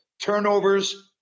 Turnovers